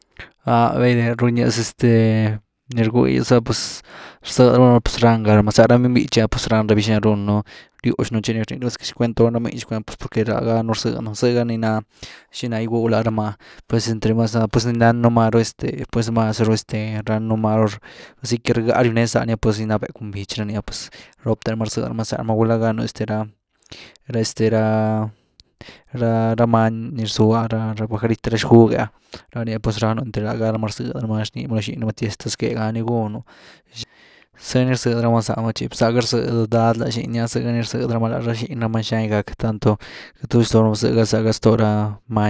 Áh, bayde runiaz este, nii rgúuyas ah pues rzëdy ru ramá pues rán gá rama, zá ra miny býtxy ah, pues rán rabí xiná riennú rywx un txi ni rnii raba txicwen tond ra miny pues por que danëen ganu rzëdy nu’, zëgá ni ná xiná gygwëw láa ramá, pues entre mas este pues más zaru este ránnu máru, asi que ni rgá ryw nee zani ah pues nii ná becw cun bich, rá ni ah pues robte eamá rzëdy ramá zá’h rama gulá gáanu este ra-este ra, ra-ra many ny rzuah ra- rapajarit’e ah rá gug’ë ah, rá ni pues ránu entre laghá rama rzëdy rama la rá xiny ramá, tyez te zqué gpa ni gúunu, zëny rzëdy ráma zá rama txi, za gá ni rzëdy dad la xiny ni ah zëga ni rzëdy ráma lará xiny ramá xiná gy gack, tanto tuzy lorama zëga-zëga ztoo ra many.